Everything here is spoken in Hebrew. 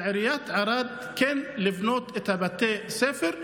על עיריית ערד לבנות את בתי הספר,